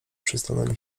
przystanęli